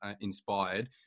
inspired